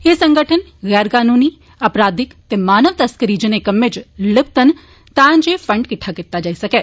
एह् संगठन गैर कनूनी अपराधिक ते मानव तस्करी जनेह कम्मै इच लिप्त न ता जे फंड किट्ठा कीता जाई सकै